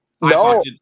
No